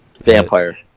Vampire